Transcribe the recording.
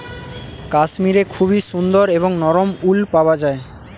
কাশ্মীরে খুবই সুন্দর এবং নরম উল পাওয়া যায়